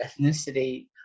ethnicity